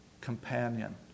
companion